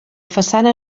façana